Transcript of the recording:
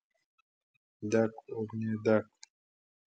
dek ugnie dek